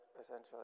essentially